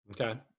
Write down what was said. Okay